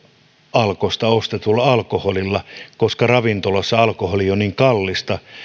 alkosta ostetulla alkoholilla koska ravintolassa alkoholi on niin kallista